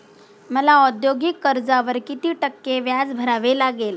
मला औद्योगिक कर्जावर किती टक्के व्याज भरावे लागेल?